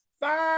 five